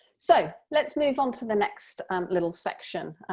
so let's move on to the next um little section,